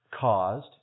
caused